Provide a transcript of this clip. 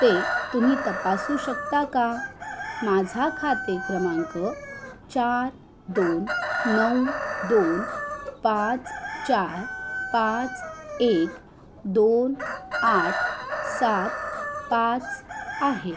ते तुम्ही तपासू शकता का माझा खाते क्रमांक चार दोन नऊ दोन पाच चार पाच एक दोन आठ सात पाच आहे